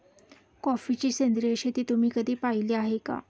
कॉफीची सेंद्रिय शेती तुम्ही कधी पाहिली आहे का?